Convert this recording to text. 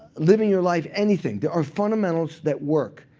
living your life anything. there are fundamentals that work.